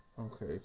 Okay